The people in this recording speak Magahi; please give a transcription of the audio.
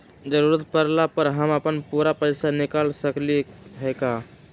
जरूरत परला पर हम अपन पूरा पैसा निकाल सकली ह का?